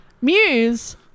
Muse